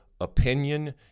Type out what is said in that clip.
opinion